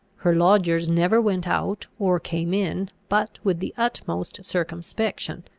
her lodgers never went out or came in but with the utmost circumspection,